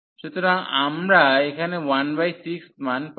সুতরাং আমরা এখানে 16 মান পাই